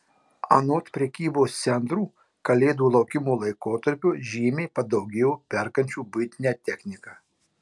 anot prekybos centrų kalėdų laukimo laikotarpiu žymiai padaugėjo perkančių buitinę techniką